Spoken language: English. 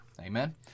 Amen